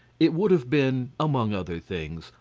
it would have been, among other things,